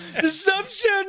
Deception